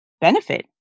benefit